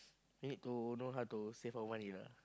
we need to know how to save our money lah